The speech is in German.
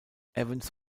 evans